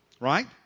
Right